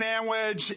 sandwich